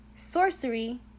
Sorcery